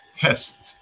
test